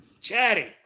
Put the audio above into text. Chatty